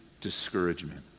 discouragement